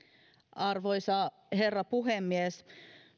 arvoisa herra puhemies